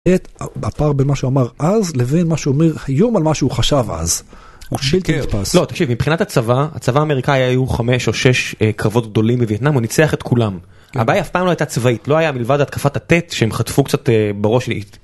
את הפער במה שאמר אז לבין מה שאומר היום לבין מה שהוא חשב אז, הוא שיקר.. לא נתפס. לא, תקשיב, מבחינת הצבא, הצבא האמריקאי היו חמש או שש קרבות גדולים בווייטנאם, הוא ניצח את כולם. הבעיה אף פעם לא הייתה צבאית, לא היה מלבד התקפת הטט שהם חטפו קצת בראש לי.